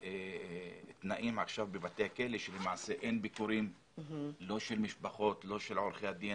שבבתי הכלא אין ביקורים לא של משפחות ולא של עורכי דין.